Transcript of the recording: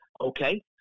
Okay